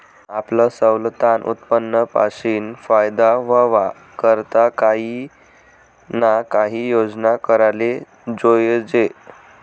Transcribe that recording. आपलं सवतानं उत्पन्न पाशीन फायदा व्हवा करता काही ना काही योजना कराले जोयजे